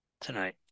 tonight